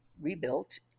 rebuilt